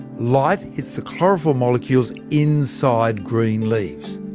light hits the chlorophyll molecules inside green leaves.